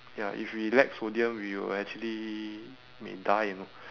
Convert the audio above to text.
ya if we lack sodium we will actually may die you know